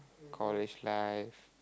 college life